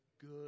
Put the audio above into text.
good